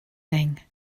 thing